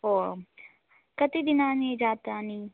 ओ कति दिनानि जातानि